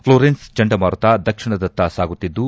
Florence ಚಂಡಮಾರುತ ದಕ್ಷಿಣದತ್ತ ಸಾಗುತ್ತಿದ್ದು